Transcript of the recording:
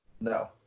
No